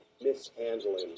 mishandling